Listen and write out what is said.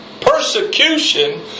persecution